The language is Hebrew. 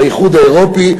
באיחוד האירופי,